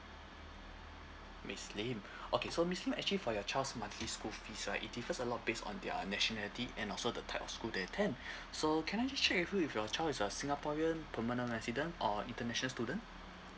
miss lim okay so miss lim actually for your child's monthly school fees right it differs a lot base on their nationality and also the type of school they attend so can I just check with you if your child is a singaporean permanent resident or international student